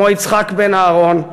כמו יצחק בן-אהרון,